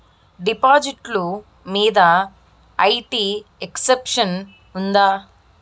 డిపాజిట్లు మీద IT exemption ఉందా?